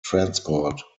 transport